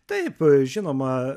taip žinoma